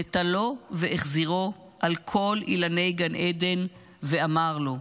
נטלו והחזירו על כל אילני גן עדן ואמר לו: